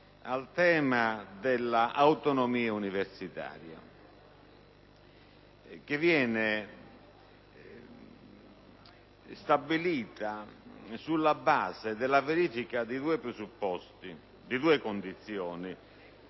al tema dell'autonomia universitaria, che viene stabilita sulla base della verifica di due presupposti: la stabilita